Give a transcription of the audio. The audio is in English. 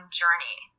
journey